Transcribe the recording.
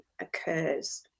occurs